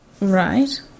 Right